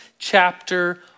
chapter